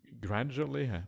gradually